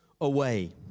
away